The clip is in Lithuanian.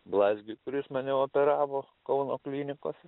blazgiu kuris mane operavo kauno klinikose